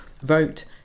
vote